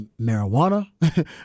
marijuana